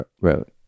wrote